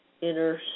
inner